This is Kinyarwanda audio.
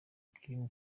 kim